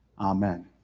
Amen